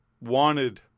wanted